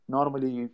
Normally